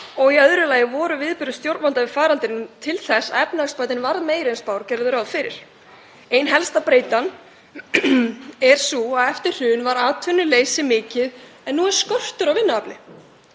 og í öðru lagi voru viðbrögð stjórnvalda við faraldrinum til þess að efnahagsbatinn varð meiri en spár gerðu ráð fyrir. Ein helsta breytan er sú að eftir hrun var atvinnuleysi mikið en nú er skortur á vinnuafli.